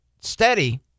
steady